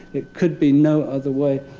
it could be no other way.